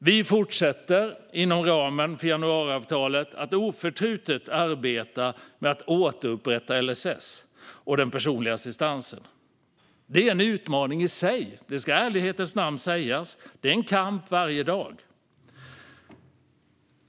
Vi fortsätter inom ramen för januariavtalet att oförtrutet arbeta med att återupprätta LSS och den personliga assistansen. Det är en utmaning i sig, det ska i ärlighetens namn sägas. Det är en kamp varje dag.